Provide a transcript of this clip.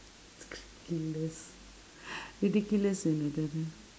ridiculous you know